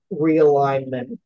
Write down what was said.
realignment